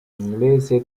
inglese